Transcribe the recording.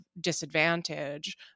disadvantage